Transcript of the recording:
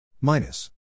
minus